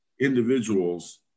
individuals